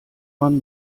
man